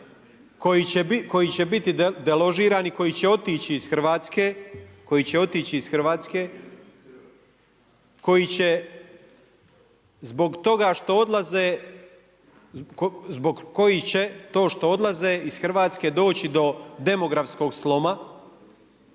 koji će biti deložirani, koji će otići iz Hrvatske, zbog kojih će to što odlaze iz Hrvatske doći do demografskog sloma.